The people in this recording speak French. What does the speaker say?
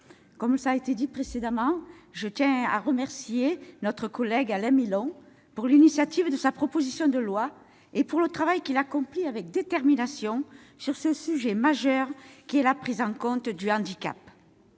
comme cela a été dit précédemment, je tiens à remercier notre collègue Alain Milon d'avoir pris l'initiative de déposer cette proposition de loi. Je le remercie du travail qu'il accomplit avec détermination sur ce sujet majeur qu'est la prise en compte du handicap.